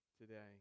today